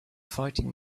fighting